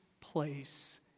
place